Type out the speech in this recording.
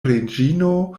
reĝino